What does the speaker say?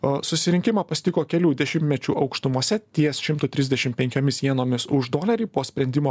o susirinkimą pasitiko kelių dešimtmečių aukštumose ties šimto trisdešim penkiomis sienomis už dolerį po sprendimo